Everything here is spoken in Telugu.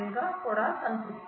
Rn కూడా సంతృప్తి నిస్తుంది